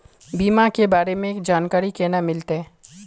बीमा के बारे में जानकारी केना मिलते?